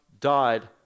died